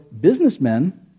businessmen